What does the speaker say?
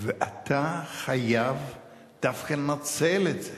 ואתה חייב דווקא לנצל את זה